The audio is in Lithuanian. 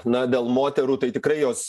na dėl moterų tai tikrai jos